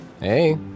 Hey